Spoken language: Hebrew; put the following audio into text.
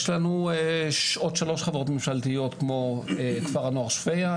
יש לנו עוד שלוש חברות ממשלתיות כפר הנוער שפייה,